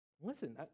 Listen